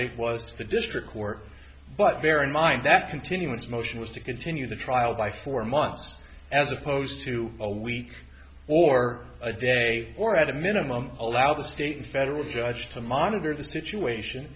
date was to the district court but bear in mind that continuous motion was to continue the trial by four months as opposed to a week or a day or at a minimum allow the state federal judge to monitor the situation